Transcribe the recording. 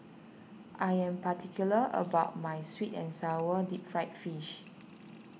I am particular about my Sweet and Sour Deep Fried Fish